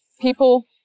People